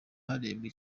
harebwa